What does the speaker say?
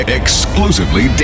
exclusively